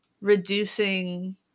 reducing